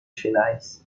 finais